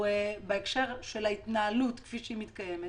בהקשר של ההתנהלות כפי שהיא מתקיימת